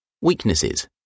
Weaknesses